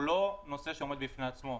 הוא לא נושא שעומד בפני עצמו.